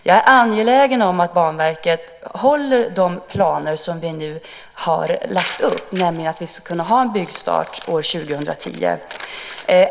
Jag är angelägen om att Banverket håller de planer som vi nu har lagt upp, nämligen att vi ska kunna ha en byggstart år 2010.